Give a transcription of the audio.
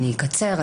אני אקצר,